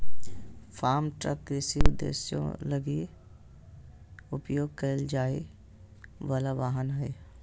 farm truck कृषि उद्देश्यों लगी उपयोग कईल जाय वला वाहन हइ